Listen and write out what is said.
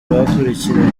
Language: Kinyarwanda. bakurikiranye